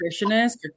nutritionist